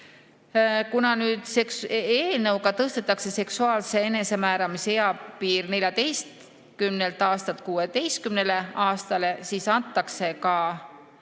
Kuna eelnõuga tõstetakse seksuaalse enesemääramise eapiir 14 eluaastalt 16 eluaastale, siis antakse ka